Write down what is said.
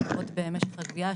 לרבות משך הגבייה,